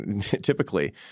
typically